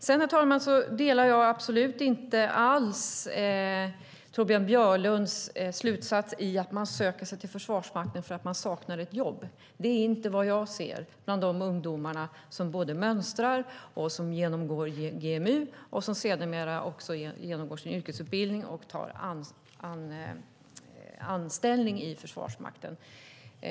Sedan, herr talman, delar jag absolut inte Torbjörn Björlunds slutsats i att man söker sig till Försvarsmakten för att man saknar ett jobb. Det är inte vad jag ser bland de ungdomar som mönstrar, genomgår GMU och sedermera genomgår sin yrkesutbildning och tar anställning i Försvarsmakten.